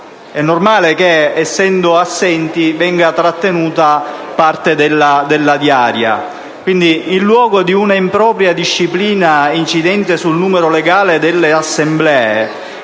infatti che, se si è assenti, venga trattenuta parte della diaria. In luogo di un'impropria disciplina incidente sul numero legale delle Assemblee,